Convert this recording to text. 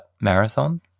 Marathon